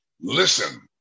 listen